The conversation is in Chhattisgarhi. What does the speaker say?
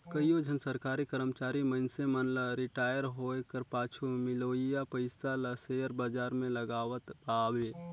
कइयो झन सरकारी करमचारी मइनसे मन ल रिटायर होए कर पाछू मिलोइया पइसा ल सेयर बजार में लगावत पाबे